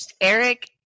Eric